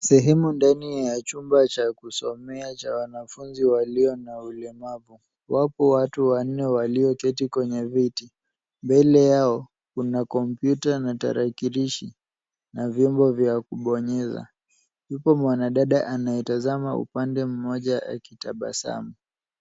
Sehemu ndani ya chumba cha kusomea cha wanafunzi walio na ulemavu. Wapo watu wanne walioketi kwenye viti. Mbele yao, kuna kompyuta na tarakilishi, na vyombo vya kubonyeza. Yupo mwanadada anayetazama upande mmoja akitabasamu.